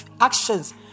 actions